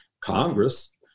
Congress